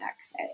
exit